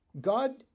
God